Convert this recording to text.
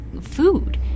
food